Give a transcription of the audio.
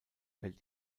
fällt